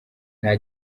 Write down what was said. nta